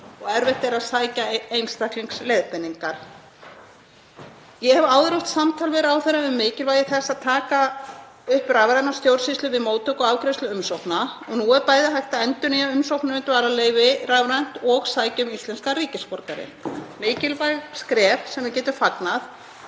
og erfitt er að sækja einstaklingsleiðbeiningar. Ég hef áður átt samtal við ráðherra um mikilvægi þess að taka upp rafræna stjórnsýslu við móttöku og afgreiðslu umsókna og nú er bæði hægt að endurnýja umsóknir um dvalarleyfi rafrænt og sækja um íslenskan ríkisborgararétt, mikilvæg skref sem við getum fagnað.